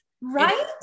right